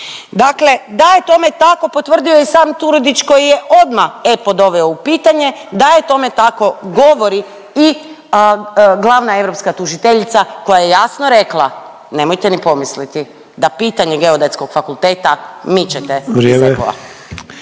Dakle da je tome tako potvrdio je i sam Turudić koji je odmah EPO doveo u pitanje, da je tome tako govori i glavna europska tužiteljica koja je jasno rekla, nemojte ni pomisliti da pitanje Geodetskog fakulteta mičete …/Upadica